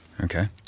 okay